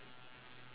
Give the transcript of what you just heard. orh okay